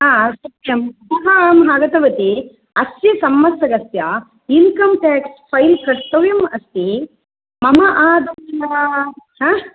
हा सत्यं पुनः अहम् आगतवती अस्य संवत्सरस्य इन्कम् ट्याक्स् फैल् कर्तव्यम् अस्ति मम आधार् आ